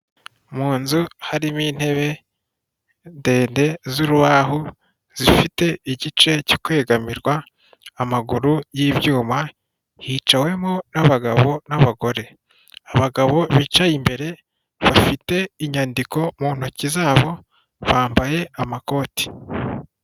Mu nzu harimo intebe ndende z'urubaho zifite igice cyo kwegamirwa, amaguru y'ibyuma, hicawemo n'abagabo n'abagore. Abagabo bicaye imbere, bafite inyandiko mu ntoki zabo, bambaye amakoti.